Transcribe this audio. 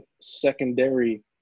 secondary